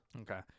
Okay